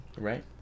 Right